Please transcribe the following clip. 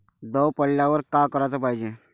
दव पडल्यावर का कराच पायजे?